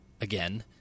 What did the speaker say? again